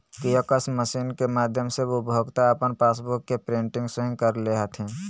kiosk machine के माध्यम से उपभोक्ता अपन पासबुक के प्रिंटिंग स्वयं कर ले हथिन